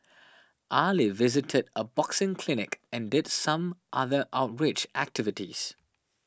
Ali visited a boxing clinic and did some other outreach activities